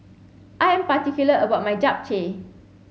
I am particular about my Japchae